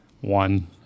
One